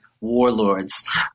warlords